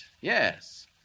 Yes